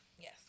Yes